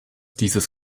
dieses